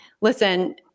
listen